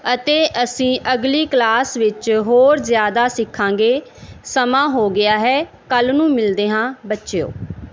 ਅਤੇ ਅਸੀਂ ਅਗਲੀ ਕਲਾਸ ਵਿੱਚ ਹੋਰ ਜ਼ਿਆਦਾ ਸਿੱਖਾਂਗੇ ਸਮਾਂ ਹੋ ਗਿਆ ਹੈ ਕੱਲ੍ਹ ਨੂੰ ਮਿਲਦੇ ਹਾਂ ਬੱਚਿਓ